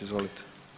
Izvolite.